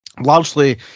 Largely